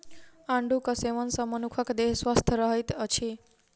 आड़ूक सेवन सॅ मनुखक देह स्वस्थ रहैत अछि